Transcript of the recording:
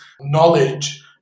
knowledge